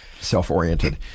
self-oriented